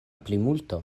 plimulto